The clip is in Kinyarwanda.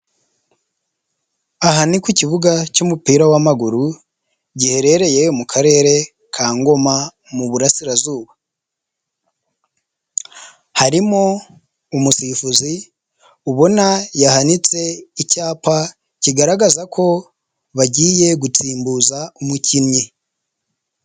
Aha ni ku kibuga cy'umupira w'amaguru, giherereye mu karere Ngoma Mubusirazuba, harimo umusifuzi ubona yahanitse icyapa kigaragaza ko bagiye gutsimbuza umukinnyi.